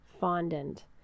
fondant